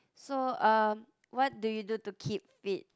so um what do you do to keep fit